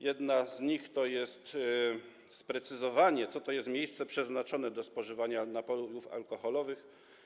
Jedna z nich to sprecyzowanie, co to jest miejsce przeznaczone do spożywania napojów alkoholowych.